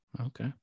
Okay